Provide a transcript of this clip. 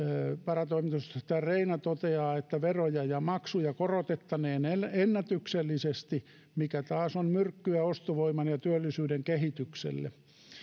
varatoimitusjohtaja reina toteaa että veroja ja maksuja korotettaneen ennätyksellisesti mikä taas on myrkkyä ostovoiman ja työllisyyden kehitykselle